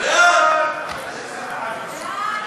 חוק הפיקוח